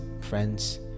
friends